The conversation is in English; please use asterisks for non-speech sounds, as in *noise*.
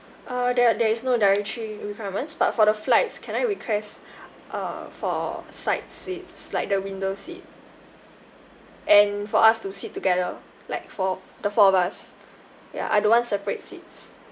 uh there there is no dietary requirements but for the flights can I request *breath* uh for side seats like the window seat and for us to sit together like four the four of us ya I don't want separate seats